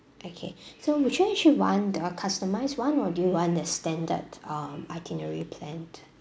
okay so would you actually want the customised [one] or do you want the standard um itinerary plan